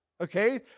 okay